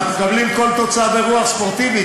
אנחנו מקבלים כל תוצאה ברוח ספורטיבית,